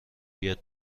بیاد